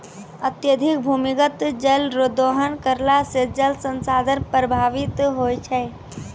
अत्यधिक भूमिगत जल रो दोहन करला से जल संसाधन प्रभावित होय छै